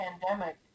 pandemic